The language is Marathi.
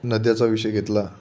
नद्याचा विषय घेतला